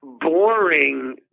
boring